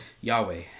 Yahweh